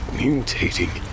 mutating